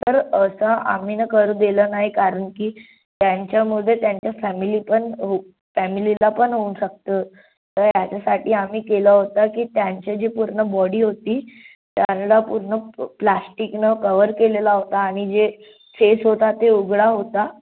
तर तसं आम्ही करू दिलं नाही कारण की त्यांच्यामुळे त्यांच्या फॅमिली पण फॅमिलीला पण होऊ शकतं तर याच्यासाठी आम्ही केलं होतं त्यांचं जी पूर्ण बॉडी होती त्याला पूर्ण प्लास्टिकनं कव्हर केलेला होता आणि जे फेस होता ते उघडा होता